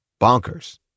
bonkers